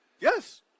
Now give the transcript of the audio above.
Yes